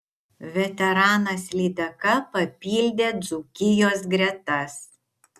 veteranas lydeka papildė dzūkijos gretas